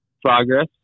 progress